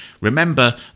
Remember